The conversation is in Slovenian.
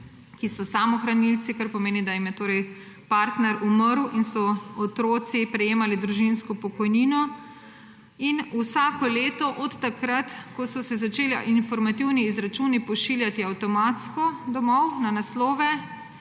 ki so samohranilci, kar pomeni, da jim je partner umrl in so otroci prejemali družinsko pokojnino in vsako leto od takrat, ko so se začeli informativni izračuni pošiljati avtomatsko domov na naslove,